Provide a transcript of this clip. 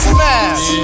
Smash